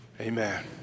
Amen